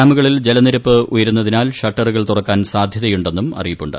ഡാമുകളിൽ ജലനിരപ്പ് ഉയരുന്നതിനാൽ ഷട്ടറുകൾ തുറ ക്കാൻ സാധ്യതയുണ്ടെന്നും അറിയിപ്പുണ്ട്